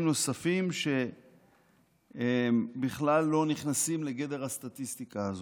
נוספים שבכלל לא נכנסים לגדר הסטטיסטיקה הזאת.